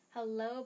Hello